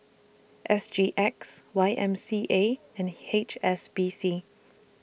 S G X Y M C A and H S B C